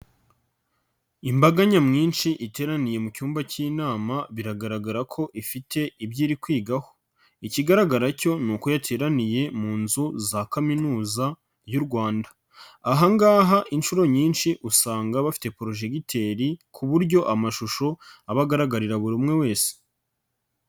Imbaga nyamwinshi iteraniye mu cyumba cy'inama biragaragara ko ifite ibyo iri kwigaho, ikigaragara cyo ni uko yateraniye mu nzu za Kaminuza y'u Rwanda, aha ngaha inshuro nyinshi usanga bafite purojegiteri, ku buryo amashusho aba agaragarira buri umwe wese.